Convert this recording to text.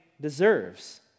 deserves